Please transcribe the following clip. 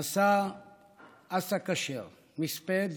נשא אסא כשר מספד